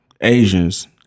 Asians